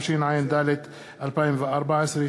התשע"ד 2014,